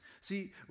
See